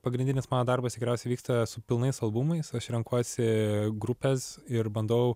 pagrindinis mano darbas tikriausiai vyksta su pilnais albumais aš renkuosi grupes ir bandau